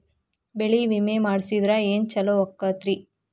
ಬೆಳಿ ವಿಮೆ ಮಾಡಿಸಿದ್ರ ಏನ್ ಛಲೋ ಆಕತ್ರಿ?